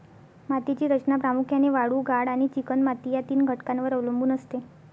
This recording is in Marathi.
मातीची रचना प्रामुख्याने वाळू, गाळ आणि चिकणमाती या तीन घटकांवर अवलंबून असते